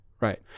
Right